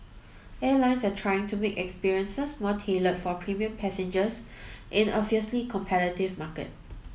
airlines are trying to make experiences more tailored for premium passengers in a fiercely competitive market